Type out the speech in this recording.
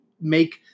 make